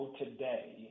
today